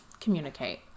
communicate